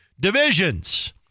divisions